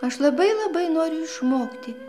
aš labai labai noriu išmokti